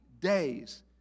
days